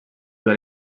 sua